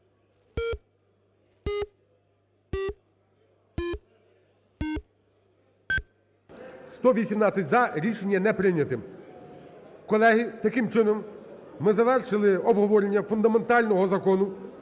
За-118 Рішення не прийняте. Колеги, таким чином ми завершили обговорення фундаментального закону